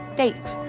date